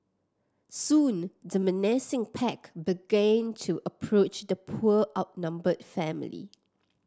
soon the menacing pack began to approach the poor outnumbered family